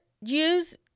use